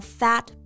fat